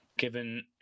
given